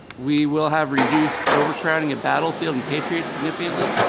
we will have reduced overcrowding at battlefield and patriot significantly.